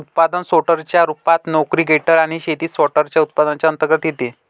उत्पादन सोर्टर च्या रूपात, नोकरी ग्रेडर आणि शेती सॉर्टर, उत्पादनांच्या अंतर्गत येते